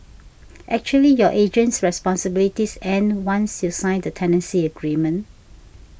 actually your agent's responsibilities end once you sign the tenancy agreement